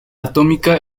atómica